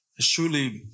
truly